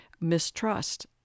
mistrust